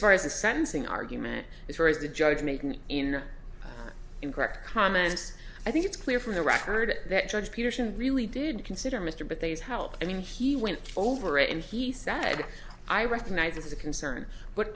far as a sentencing argument as far as the judge making in incorrect comments i think it's clear from the record that judge pearson really did consider mr but there's help and he went over and he said i recognize it's a concern but